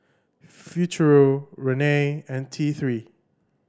Futuro Rene and T Three